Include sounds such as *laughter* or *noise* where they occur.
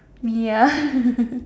me ya *laughs*